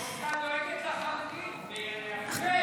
שאת דואגת לחרדים, זה יפה ממש.